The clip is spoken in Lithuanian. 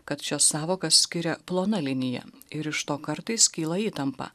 kad šias sąvokas skiria plona linija ir iš to kartais kyla įtampa